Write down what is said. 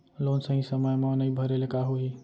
Loan सही समय मा नई भरे ले का होही?